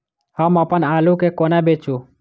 हम अप्पन आलु केँ कोना बेचू?